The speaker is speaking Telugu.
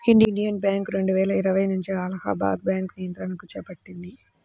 ఇండియన్ బ్యాంక్ రెండువేల ఇరవై నుంచి అలహాబాద్ బ్యాంకు నియంత్రణను చేపట్టింది